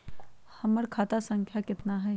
हमर खाता संख्या केतना हई?